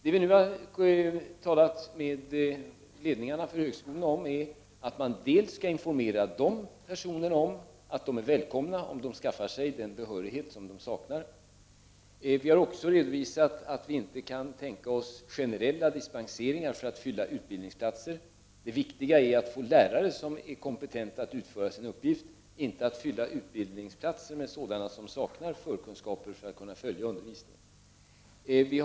Vad vi nu talat med ledningarna för högskolorna om är att de skall informera dessa personer om att de är välkomna om de skaffar sig den behörighet som de saknar. Vi har också redovisat att vi inte kan tänka oss generella dispenser för att fylla utbildningsplatser. Det viktiga är att vi får lärare som är kompetenta att fullgöra sin uppgift, inte att fylla utbildningsplatser med personer som saknar de förkunskaper som är nödvändiga för att de skall kunna följa undervisningen.